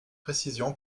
précision